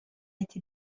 été